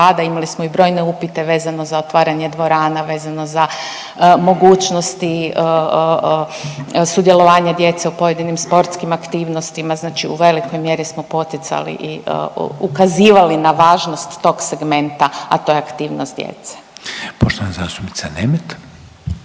imali smo i brojne upite vezano za otvaranje dvorana, vezano za mogućnosti sudjelovanja djece u pojedinim sportskim aktivnostima. Znači u velikoj mjeri smo poticali i ukazivali na važnost tog segmenta, a to aktivnost djece. **Reiner, Željko